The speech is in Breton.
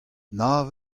nav